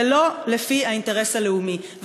ולא לפי האינטרס הלאומי.